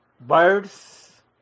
birds